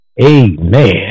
Amen